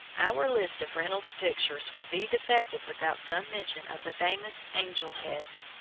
our list of reynolds's pictures would be defective without some mention of the famous angel heads,